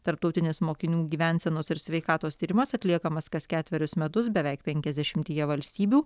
tarptautinės mokinių gyvensenos ir sveikatos tyrimas atliekamas kas ketverius metus beveik penkiasdešimtyje valstybių